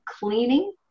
cleaning